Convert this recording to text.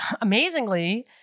amazingly